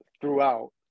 throughout